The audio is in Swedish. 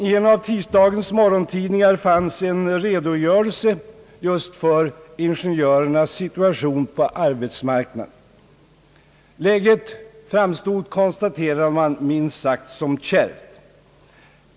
I en av tisdagens morgontidningar fanns en redogörelse just för ingenjö rernas situation på arbetsmarknaden. Läget framstod, konstaterar man, minst sagt som kärvt.